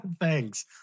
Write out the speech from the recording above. Thanks